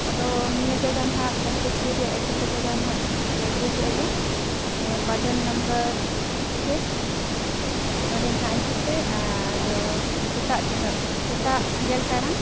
ᱟᱫᱚ ᱱᱤᱭᱟᱹ ᱡᱟᱭᱜᱟ ᱱᱟᱦᱟᱜ ᱡᱟᱢᱥᱮᱫᱽᱯᱩᱨ ᱨᱮᱭᱟᱜ ᱮᱜᱨᱤ ᱠᱚ ᱡᱟᱭᱜᱟ ᱱᱟᱦᱟᱜ ᱦᱤᱡᱩᱜ ᱯᱮ ᱮᱜᱨᱤ ᱠᱚ ᱮᱨᱤᱭᱟ ᱠᱚᱣᱟᱴᱟᱨ ᱱᱟᱢᱵᱟᱨ ᱥᱤᱠᱥ ᱱᱚᱰᱮᱱᱟᱦᱟᱜ ᱦᱤᱡᱩᱜᱯᱮ ᱟᱨ ᱥᱮᱛᱟᱜ ᱛᱤᱱᱟᱹᱜ ᱥᱮᱛᱟᱜ ᱜᱮᱞ ᱴᱟᱲᱟᱝ